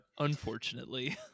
unfortunately